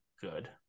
good